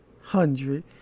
hundred